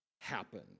happen